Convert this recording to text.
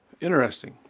Interesting